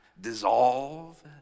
dissolve